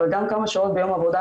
אבל גם כמה שעות ביום עבודה